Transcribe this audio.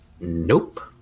Nope